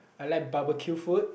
I like barbecue food